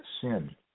sin